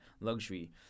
luxury